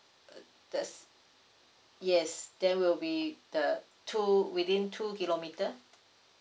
uh this yes there will be the two within two kilometer